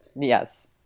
Yes